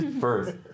First